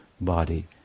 body